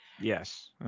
Yes